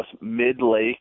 mid-lake